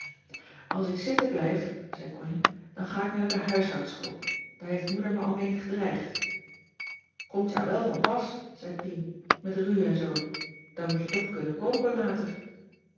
als ik zitten blijf zei connie dan ga ik naar de huishoudschool daar heeft moeder me al mee gedreigd t komt jou wel van pas zei pien met ru en zoo dan moet je toch kunnen koken later